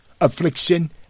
affliction